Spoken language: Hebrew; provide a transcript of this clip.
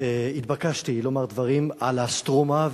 התבקשתי לומר דברים על האונייה "סטרומה",